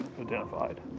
identified